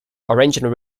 original